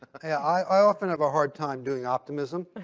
i often have a hard time doing optimism.